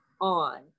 on